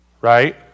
right